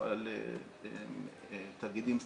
חל על תאגידים סטטוטוריים,